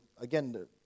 again